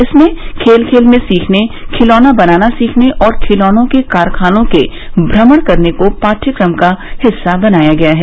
इसमें खेल खेल में सीखने खिलौना बनाना सीखने और खिलौनों के कारखानों के भ्रमण करने को पाठ्यक्रम का हिस्सा बनाया गया है